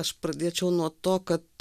aš pradėčiau nuo to kad